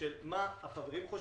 כולל מה חושבים החברים.